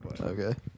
Okay